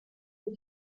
you